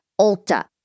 Ulta